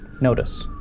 notice